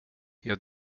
jag